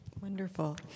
Wonderful